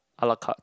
a-la-carte